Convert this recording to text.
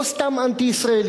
או סתם אנטי-ישראלי.